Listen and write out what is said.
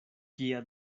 kia